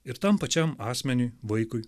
ir tam pačiam asmeniui vaikui